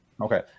Okay